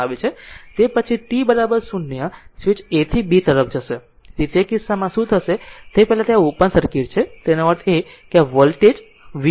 તે પછી t 0 switch A થી B તરફ જશે તેથી તે કિસ્સામાં શું થશે તે પહેલાં તે આ ઓપન સર્કિટ છે જેનો અર્થ છે કે આ વોલ્ટેજ આ વોલ્ટેજ v હતો